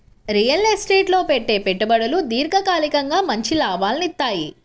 real estate లో పెట్టే పెట్టుబడులు దీర్ఘకాలికంగా మంచి లాభాలనిత్తయ్యి